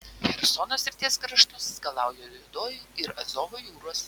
chersono srities kraštus skalauja juodoji ir azovo jūros